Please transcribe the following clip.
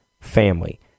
family